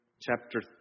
chapter